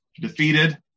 defeated